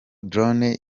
drone